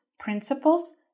principles